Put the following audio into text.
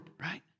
right